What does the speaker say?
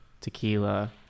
tequila